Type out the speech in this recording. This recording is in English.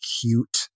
cute